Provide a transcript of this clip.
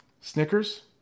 Snickers